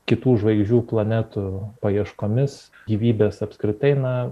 kitų žvaigždžių planetų paieškomis gyvybės apskritai na